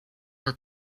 her